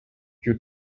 you